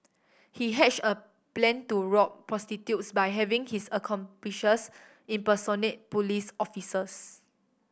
he hatched a plan to rob prostitutes by having his accomplices impersonate police officers